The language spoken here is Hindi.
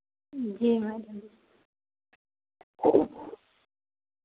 जी मैम